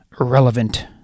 Irrelevant